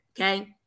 okay